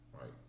right